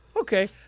Okay